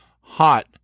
hot